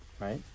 right